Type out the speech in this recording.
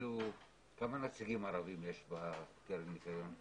כמה נציגים ערבים יש בקרן הניקיון?